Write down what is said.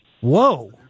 Whoa